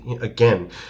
again